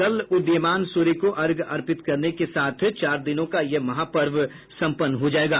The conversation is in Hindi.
कल उदयीमान सूर्य को अर्घ्य अर्पित करने के साथ ही चार दिनों का यह महापर्व सम्पन्न हो जायेगा